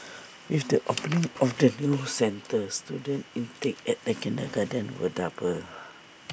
with the opening of the new centre student intake at the kindergarten will double